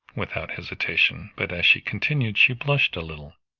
without hesitation, but as she continued she blushed a little.